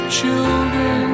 children